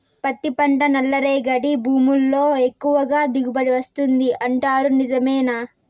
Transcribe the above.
పత్తి పంట నల్లరేగడి భూముల్లో ఎక్కువగా దిగుబడి వస్తుంది అంటారు నిజమేనా